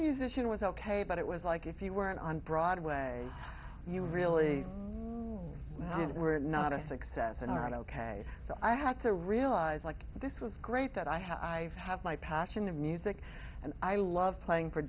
musician was ok but it was like if you weren't on broadway you really were not a success and not ok so i had to realize like this was great that i have i have my passion of music and i love playing for